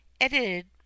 Edited